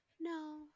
no